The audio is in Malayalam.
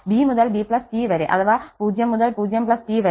b മുതൽ b T വരെ അഥവാ 0 മുതൽ 0 T വരെ